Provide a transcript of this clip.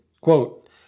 quote